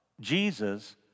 Jesus